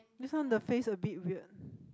this one the face a bit weird